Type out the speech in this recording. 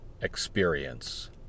Experience